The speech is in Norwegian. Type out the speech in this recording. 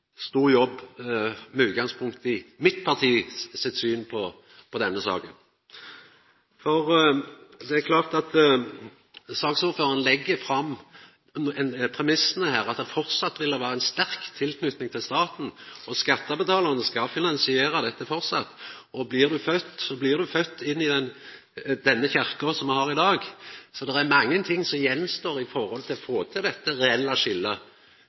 stor jobb, med utgangspunkt i mitt parti sitt syn på denne saka. Det er klart at saksordføraren legg fram premissane her: Det vil framleis vera ei sterk tilknyting til staten, skattebetalarane skal framleis finansiera dette, og blir ein fødd, så blir ein fødd inn i den kyrkja me har i dag. Det er mange ting som står att med tanke på å få til dette reelle skiljet.